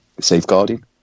Safeguarding